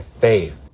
faith